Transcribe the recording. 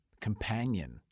companion